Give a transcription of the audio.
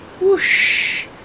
Whoosh